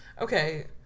Okay